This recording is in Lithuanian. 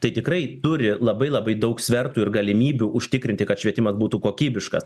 tai tikrai turi labai labai daug svertų ir galimybių užtikrinti kad švietimas būtų kokybiškas